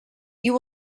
you